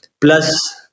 Plus